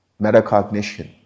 Metacognition